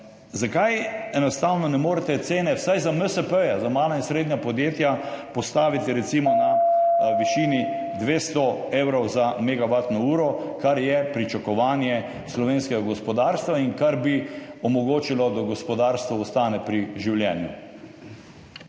Zakaj enostavno ne morete postaviti cene vsaj za MSP, za mala in srednja podjetja, recimo na višino 200 evrov za megavatno uro, kar je pričakovanje slovenskega gospodarstva in kar bi omogočilo, da gospodarstvo ostane pri življenju?